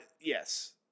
yes